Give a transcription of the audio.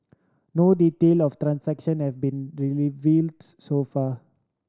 no detail of the transaction have been revealed so far